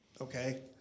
Okay